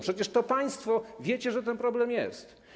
Przecież państwo wiecie, że ten problem jest.